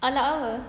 all out apa